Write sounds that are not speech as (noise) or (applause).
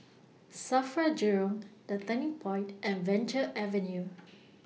SAFRA Jurong The Turning Point and Venture Avenue (noise)